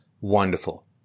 wonderful